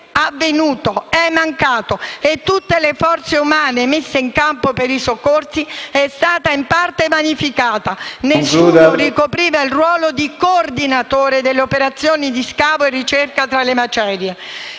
pomeriggio non è avvenuto: è mancato. Tutte le forze umane messe in campo per i soccorsi sono state in parte vanificate, perché nessuno ricopriva il ruolo di coordinatore delle operazioni di scavo e ricerca tra le macerie.